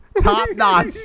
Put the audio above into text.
top-notch